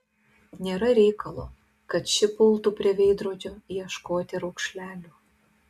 nėra reikalo kad ši pultų prie veidrodžio ieškoti raukšlelių